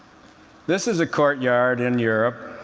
this is a courtyard in europe,